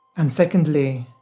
and secondly,